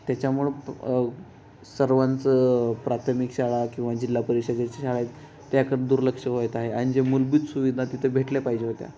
त्याच्यामुळं सर्वांचं प्राथमिक शाळा किंवा जिल्हा परिषदेच्या शाळा आहेत त्याकडे दुर्लक्ष होत आहे आणि जे मुलभूत सुविधा तिथे भेटले पाहिजे होत्या